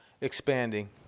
expanding